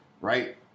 right